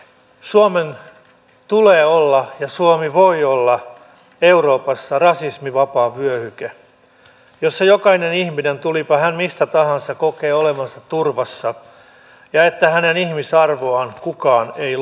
suomen tulee olla ja suomi voi olla euroopassa rasismivapaa vyöhyke jossa jokainen ihminen tulipa hän mistä tahansa kokee olevansa turvassa ja että hänen ihmisarvoaan kukaan ei loukkaa